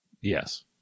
Yes